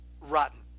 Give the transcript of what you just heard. rotten